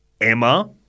Emma